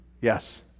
Yes